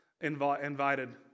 invited